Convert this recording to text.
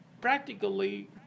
practically